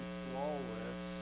flawless